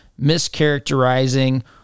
mischaracterizing